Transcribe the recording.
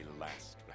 last